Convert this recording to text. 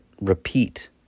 repeat